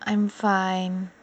I'm fine